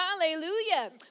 Hallelujah